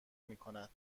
میکند